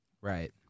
right